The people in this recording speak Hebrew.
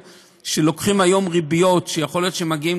שלוקחים היום ריביות שיכול להיות שמגיעות